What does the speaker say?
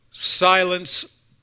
Silence